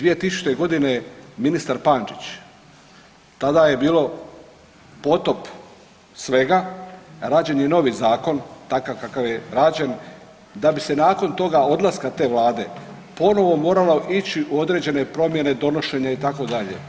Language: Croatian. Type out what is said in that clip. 2000. godine ministar Pančić tada je bilo potop svega rađen je novi zakon, takav kakav je rađen da bi se nakon toga, odlaska te vlade ponovo moralo ići u određene promjene, donošenje itd.